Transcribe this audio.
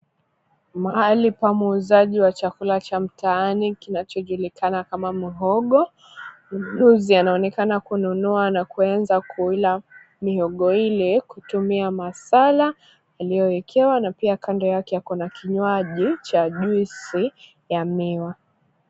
Mahali pa muuzaji wa chakula cha mtaani kinachojulikana kama mhogo. Mnunuzi anaonekana kununua na kuanza kuila mihogo ile kutumia masala aliyoekewa pia kando yake ako na kinywaji cha juisi ya miwa.